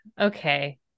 okay